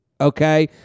Okay